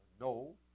no